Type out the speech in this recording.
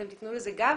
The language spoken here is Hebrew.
אתם תתנו לזה גב?